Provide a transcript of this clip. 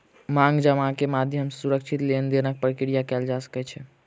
मांग जमा के माध्यम सॅ सुरक्षित लेन देनक प्रक्रिया कयल जा सकै छै